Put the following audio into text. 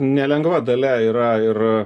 nelengva dalia yra ir